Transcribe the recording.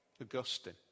Augustine